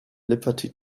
liberty